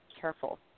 careful